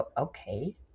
okay